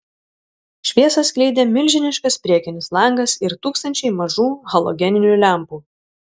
šviesą skleidė milžiniškas priekinis langas ir tūkstančiai mažų halogeninių lempų